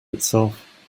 itself